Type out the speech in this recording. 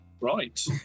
Right